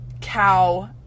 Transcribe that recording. cow